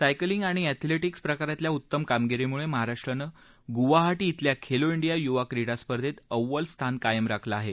cycling आणि athletics प्रकरातल्या उत्तम कामगिरीमुळे महाराष्ट्रानं गुवाहाटी धिल्या खेलो धििया युवा क्रीडा स्पर्धेत अव्वल स्थान कायम राखलं आहे